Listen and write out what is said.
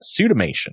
pseudomation